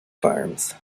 farms